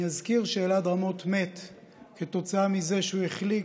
אני אזכיר שאלעד רמות מת כתוצאה מזה שהוא החליק,